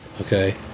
Okay